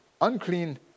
unclean